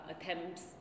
Attempts